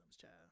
child